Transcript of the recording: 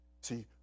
See